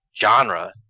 genre